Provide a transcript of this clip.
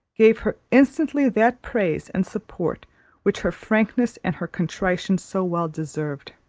gave her instantly that praise and support which her frankness and her contrition so well deserved.